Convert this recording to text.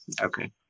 okay